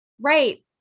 Right